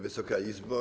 Wysoka Izbo!